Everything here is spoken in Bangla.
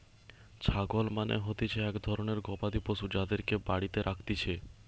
ছাগল মানে হতিছে এক ধরণের গবাদি পশু যাদেরকে বাড়িতে রাখতিছে